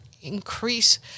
increase